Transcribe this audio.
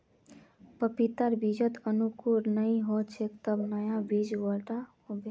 पपीतार बीजत अंकुरण नइ होल छे अब नया बीज बोवा होबे